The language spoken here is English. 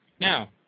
Now